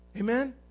Amen